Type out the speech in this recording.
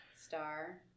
Star